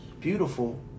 beautiful